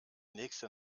nächste